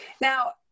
Now